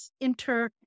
inter